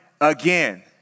again